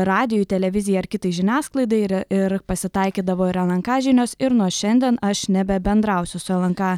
radijui televizijai ar kitai žiniasklaidai ir pasitaikydavo ir lnk žinios ir nuo šiandien aš nebebendrausiu su lnk